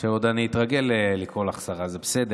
נמצאת פה, אני עוד אתרגל לקרוא לך שרה, זה בסדר,